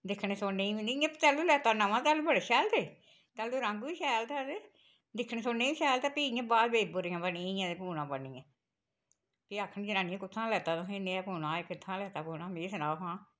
दिक्खने सुनने बी नेईं इ'यां पैह्ला लैता नमां बड़ा शैल तैल्लू रंग बी शैल थे दिक्खने सुनने बी शैल ते फ्ही इयां बाद बिच्च बुरियां बनी गेइयां ते पूना बनी गेआ फ्ही आखन जनानियां कुत्थुं लैता तोहें नेहा पूना एह् कित्थुं लैता पूना मि सनाओ हा